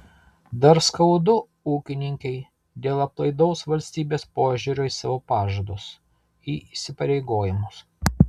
dar skaudu ūkininkei dėl aplaidaus valstybės požiūrio į savo pažadus į įsipareigojimus